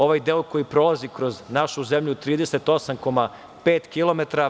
Ovaj deo koji prolazi kroz našu zemlju je 38,5 kilometara.